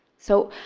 so